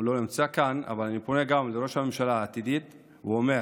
הוא לא נמצא כאן אבל אני פונה גם לראש הממשלה העתידית ואומר